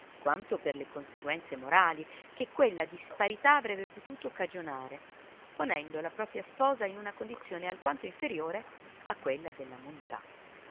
quanto per le conseguenze morali che quella disparità avrebbe potuto cagionare ponendo la propria sposa in una condizione alquanto inferiore a quella della montà